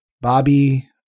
Bobby